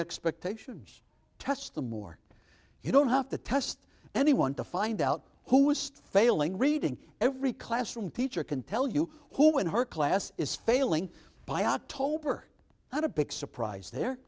expectations tests the more you don't have to test anyone to find out who was failing reading every classroom teacher can tell you who in her class is failing by october not a big surprise there